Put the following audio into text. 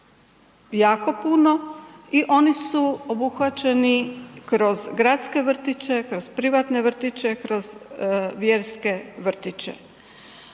jako puno i oni su obuhvaćeni kroz gradske vrtiće, kroz privatne vrtiće, kroz vjerske vrtiće.